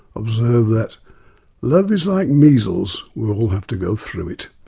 observed that love is like measles we all have to go through it.